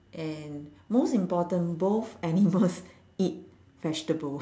and most important both animals eat vegetables